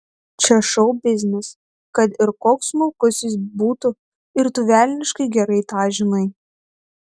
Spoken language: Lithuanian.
čia šou biznis kad ir koks smulkus jis būtų ir tu velniškai gerai tą žinai